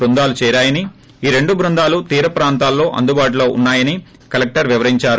బృందాలు చేరాయని ఈ రెండు బృందాలు తీర ప్రాంతాల్లో అందుబాటులో ఉన్నాయని కలెక్లర్ వివరించారు